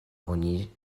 oni